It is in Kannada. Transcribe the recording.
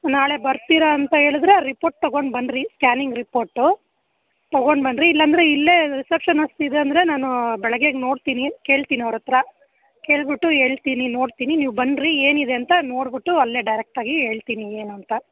ನಾಳೆ ಬರ್ತೀರಾ ಅಂತ ಹೇಳಿದ್ರೆ ರಿಪೋರ್ಟ್ ತಗೊಂಡು ಬನ್ನಿರಿ ಸ್ಕ್ಯಾನಿಂಗ್ ರಿಪೋರ್ಟು ತಗೊಂಡು ಬನ್ನಿರಿ ಇಲ್ಲಾಂದರೆ ಇಲ್ಲೇ ರಿಸಪ್ಷನಿಸ್ಟ್ ಇದೆ ಅಂದರೆ ನಾನು ಬೆಳಗ್ಗೆಗೆ ನೋಡ್ತೀನಿ ಕೇಳ್ತೀನಿ ಅವ್ರ ಹತ್ರ ಕೇಳ್ಬಿಟ್ಟು ಹೇಳ್ತಿನಿ ನೋಡ್ತೀನಿ ನೀವು ಬನ್ನಿರಿ ಏನಿದೆ ಅಂತ ನೋಡ್ಬಿಟ್ಟು ಅಲ್ಲೇ ಡೈರೆಕ್ಟಾಗಿ ಹೇಳ್ತಿನಿ ಏನು ಅಂತ